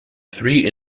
three